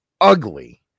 ugly